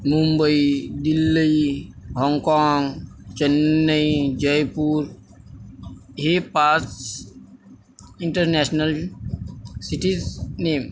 Mumbai Delhi Hong Kong Chennai Jaipur हे पाच international cities name